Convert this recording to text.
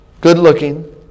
good-looking